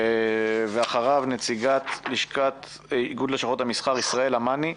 ואחריו נציגת איחוד לשכות המסחר, ישראלה מני.